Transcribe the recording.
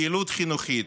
פעילות חינוכית,